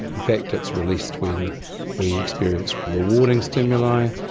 in fact it's released when we experience rewarding stimuli,